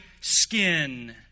skin